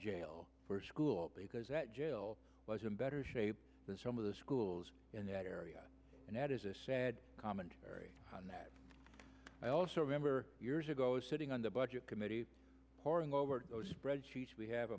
jail for school because that jail was in better shape than some of the schools in that area and that is a sad commentary on that i also remember years ago sitting on the budget committee poring over spreadsheets we have